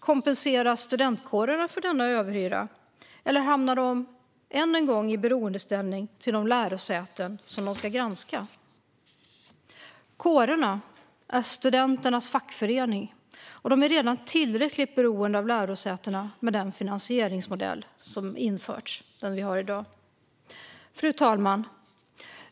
Kompenseras studentkårerna för denna överhyra, eller hamnar de än en gång i beroendeställning till de lärosäten som de ska granska? Kårerna är studenternas fackföreningar och är redan tillräckligt beroende av lärosätena med den finansieringsmodell som har införts och som vi har i dag. Fru talman!